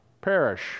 perish